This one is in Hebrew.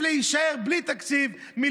אחת מחפשת בית אחר.